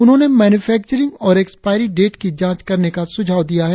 उन्होंने मेन्यूफेक्चरिंग और expiry date की जांच करने का सुझाव दिया है